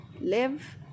live